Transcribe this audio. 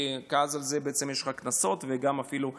כי על זה יש לך קנסות וגם אפילו מאסר,